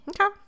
Okay